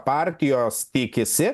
partijos tikisi